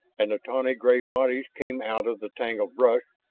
and the tawny-gray bodies came out of the tangled brush,